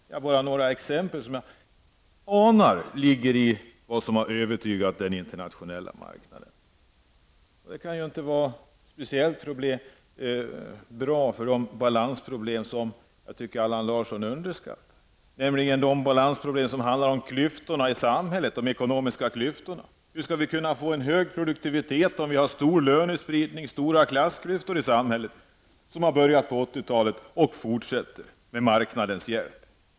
Detta är bara några exempel på det som jag anar har övertygat den internationella marknaden. Jag tycker inte att detta kan vara bra för de balansproblem som jag tycker att Allan Larsson underskattar, nämligen de balansproblem som handlar om de ekonomiska klyftorna i samhället. Hur skall vi kunna få en hög produktivitet om vi har en stor lönespridning och stora klassklyftor i samhället, som började på 80 talet och som nu fortsätter med marknadens hjälp?